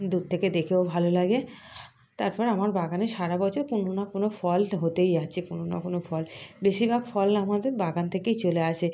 দূর থেকে দেখেও ভালো লাগে তারপর আমার বাগানে সারা বছর কোনো না কোনো ফল হতেই আছে কোনো না কোনো ফল বেশিরভাগ ফল আমাদের বাগান থেকেই চলে আসে